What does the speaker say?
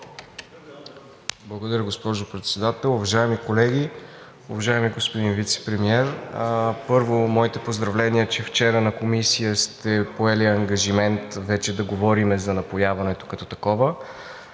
Благодаря, госпожо Председател. Уважаеми колеги! Уважаеми господин Вицепремиер, първо, моите поздравления, че вчера на Комисия сте поели ангажимент вече да говорим за напояването като такова.